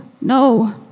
no